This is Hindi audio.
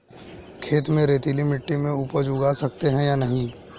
खेत में रेतीली मिटी में उपज उगा सकते हैं या नहीं?